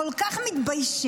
כל כך מתביישים,